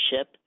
ship